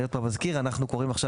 אני עוד פעם אזכיר: אנחנו קוראים עכשיו